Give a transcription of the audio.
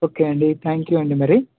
okay అండి thank you అండి మరి